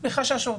זה מתוך חשש.